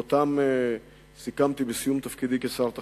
וסיכמתי אותם בסיום תפקידי כשר התחבורה,